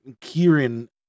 Kieran